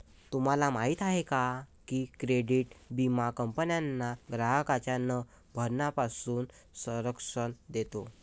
तुम्हाला माहिती आहे का की क्रेडिट विमा कंपन्यांना ग्राहकांच्या न भरण्यापासून संरक्षण देतो